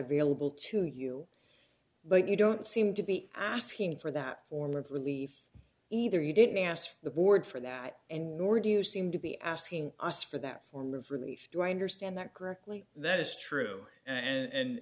available to you but you don't seem to be asking for that form of relief either you didn't ask the board for that and nor do you seem to be asking us for that form of relief do i understand that correctly that is true and